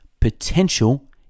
Potential